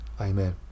amen